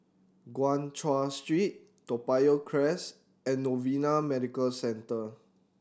Guan Chuan Street Toa Payoh Crest and Novena Medical Centre